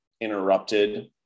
interrupted